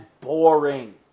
boring